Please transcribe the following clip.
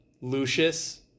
Lucius